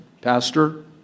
pastor